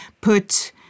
put